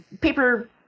paper